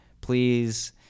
please